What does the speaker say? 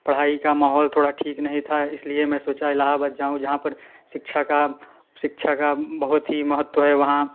पढ़ाई का माहौल थोड़ा ठीक नहीं था इसलिए मैं सोचा इलाहाबाद जाऊं जहाँ पर शिक्षा का शिक्षा का बहुत ही महत्व है वहाँ